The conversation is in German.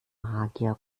magier